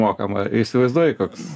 mokamą įsivaizduoji koks